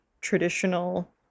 traditional